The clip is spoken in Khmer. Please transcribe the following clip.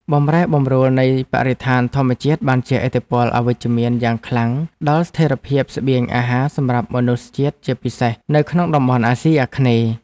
បម្រែបម្រួលនៃបរិស្ថានធម្មជាតិបានជះឥទ្ធិពលអវិជ្ជមានយ៉ាងខ្លាំងដល់ស្ថិរភាពស្បៀងអាហារសម្រាប់មនុស្សជាតិជាពិសេស នៅក្នុងតំបន់អាស៊ីអាគ្នេយ៍។